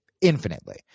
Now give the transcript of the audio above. infinitely